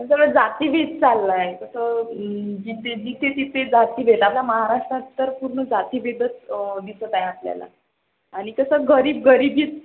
सगळं जातीभेद चालू आहे कसं जिथे जिथे तिथे जातीभेद आपल्या महाराष्ट्रात तर पूर्ण जातीभेदच दिसत आहे आपल्याला आणि कसं गरीब गरीबीत